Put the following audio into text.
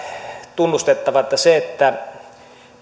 tunnustettava että se että